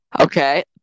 Okay